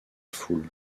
foule